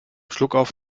schluckauf